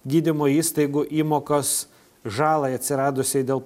gydymo įstaigų įmokos žalai atsiradusiai dėl